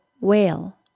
whale